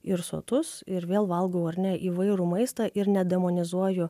ir sotus ir vėl valgau ar ne įvairų maistą ir nedemonizuoju